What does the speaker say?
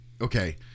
okay